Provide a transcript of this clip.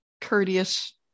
courteous